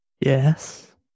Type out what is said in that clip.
Yes